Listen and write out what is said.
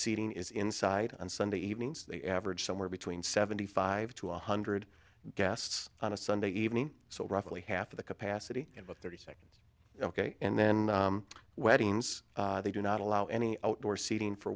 seating is inside on sunday evenings they average somewhere between seventy five to one hundred guests on a sunday evening so roughly half of the capacity about thirty seconds ok and then weddings they do not allow any outdoor seating for